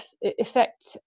effect